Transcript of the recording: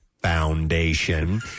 foundation